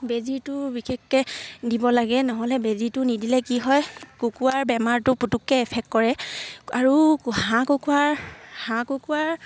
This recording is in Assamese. বেজীটো বিশেষকে দিব লাগে নহ'লে বেজীটো নিদিলে কি হয় কুকুৰাৰ বেমাৰটো পুটকে এফেক্ট কৰে আৰু হাঁহ কুকুৰাৰ